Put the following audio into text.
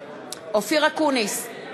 אופיר אקוניס,